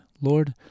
Lord